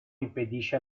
impedisce